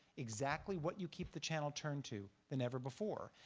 exactly what you keep the channel turned to than ever before.